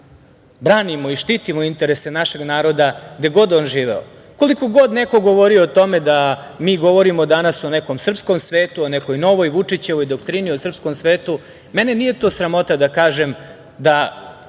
branimo i štitimo interese našeg naroda gde god on živeo. Koliko god neko govorio o tome da mi govorimo danas o nekom srpskom svetu, o nekoj novoj Vučićevoj doktrini, o srpskom svetu, mene nije sramota da kažem, iako